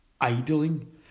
idling